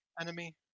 Enemy